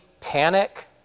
panic